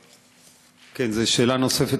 כן, זו שאלה נוספת.